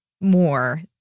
more